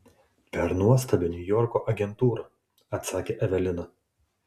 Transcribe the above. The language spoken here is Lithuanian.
per nuostabią niujorko agentūrą atsakė evelina